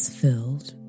filled